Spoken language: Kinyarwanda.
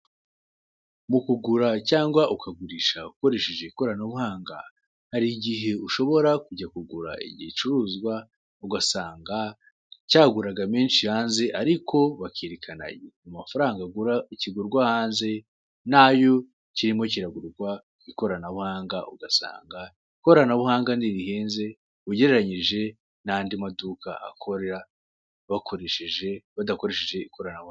Mu kugura cyangwa ukagurisha ukoresheje ikoranabuhanga, hari igihe ushobora kujya kugura igicuruzwa, ugasanga cyaguraraga menshi hanze, ariko bakerekana amafaranga agura, kigurwa hanze, nayo kirimo kiragurwa ku ikoranabuhanga, ugasanga ikoranabuhanga ntirihenze, ugereranyije n'andi maduka akora, badakoresheje ikoranabuhanga.